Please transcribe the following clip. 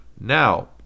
Now